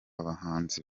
abahanzi